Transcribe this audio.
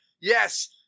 Yes